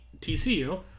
TCU